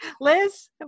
Liz